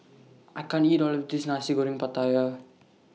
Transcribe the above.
I can't eat All of This Nasi Goreng Pattaya